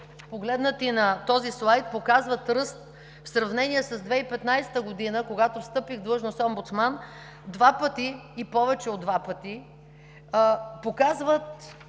погледнати на този слайд, показват ръст в сравнение с 2015 г., когато встъпих в длъжност омбудсман – два пъти и повече от два пъти, показват